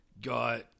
got